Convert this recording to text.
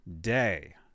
Day